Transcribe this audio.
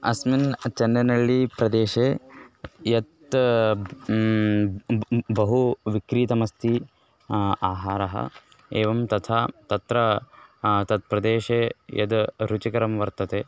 अस्मिन् चन्नैनळ्ळी प्रदेशे यत् बहु विक्रीतमस्ति आहारः एवं तथा तत्र तत्प्रदेशे यद् रुचिकरं वर्तते